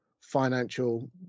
financial